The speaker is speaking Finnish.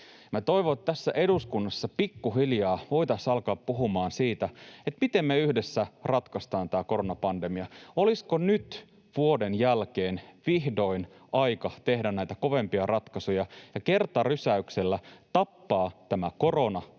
toivon, että tässä eduskunnassa pikkuhiljaa voitaisiin alkaa puhumaan siitä, miten me yhdessä ratkaistaan tämä koronapandemia. Olisiko nyt, vuoden jälkeen, vihdoin aika tehdä näitä kovempia ratkaisuja ja kertarysäyksellä tappaa tämä korona